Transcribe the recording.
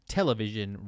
Television